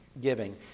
giving